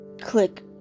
click